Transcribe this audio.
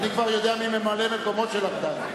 אני כבר יודע מי ממלא-מקומו של ארדן.